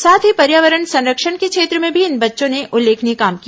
साथ ही पर्यावरण संरक्षण के क्षेत्र में भी इन बच्चों ने उल्लेखनीय काम किया